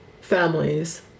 families